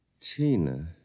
Tina